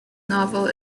novel